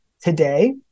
today